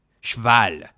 Cheval